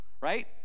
right